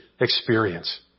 experience